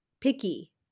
picky